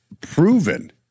proven